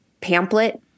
pamphlet